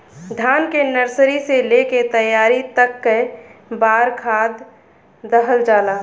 धान के नर्सरी से लेके तैयारी तक कौ बार खाद दहल जाला?